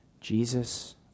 Jesus